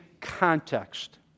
context